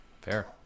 fair